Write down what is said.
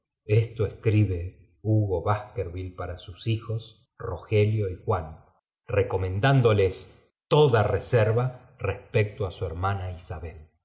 esto escribe hugo baskerville para bus hijos rogelio el cual recomendándoles toda reserva respecto á su hermana